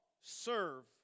serve